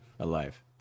Alive